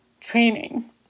training